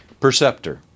Perceptor